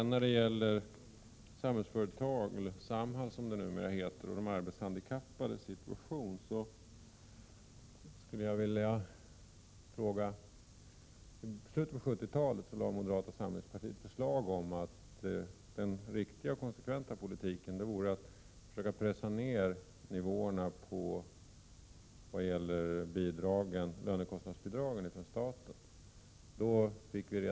När det gäller Samhällsföretag, eller Samhall som det numera heter, och de arbetshandikappades situation skulle jag vilja säga ett par saker. I slutet av 1970-talet lade moderata samlingspartiet fram förslag om att den riktiga och konsekventa politiken vore att försöka pressa ned nivåerna på lönekostnadsbidragen från staten.